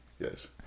Yes